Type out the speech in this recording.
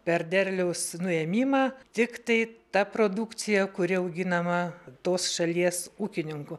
per derliaus nuėmimą tiktai ta produkcija kuri auginama tos šalies ūkininkų